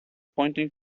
pointing